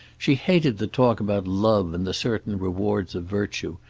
she hated the talk about love and the certain rewards of virtue,